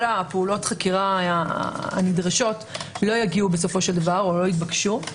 פעולות החקירה הנדרשות לא יגיעו בסופו של דבר או לא יתבקשו.